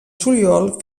juliol